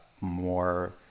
more